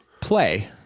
play